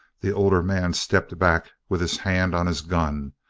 the older man stepped back with his hand on his gun,